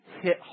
hit